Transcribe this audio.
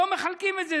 לא מחלקים את זה.